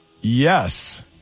Yes